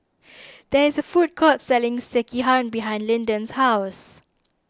there is a food court selling Sekihan behind Linden's house